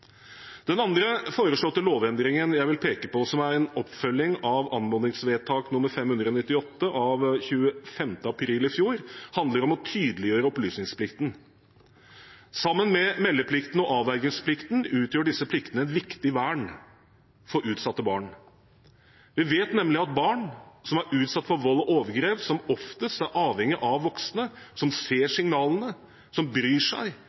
Den andre foreslåtte lovendringen jeg vil peke på – som er en oppfølging av anmodningsvedtak 598 av 25. april i fjor – handler om å tydeliggjøre opplysningsplikten. Sammen med meldeplikten og avvergingsplikten utgjør denne plikten et viktig vern for utsatte barn. Vi vet nemlig at barn som er utsatt for vold og overgrep, som oftest er avhengig av voksne som ser signalene, som bryr seg,